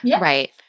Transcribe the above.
Right